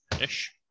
ish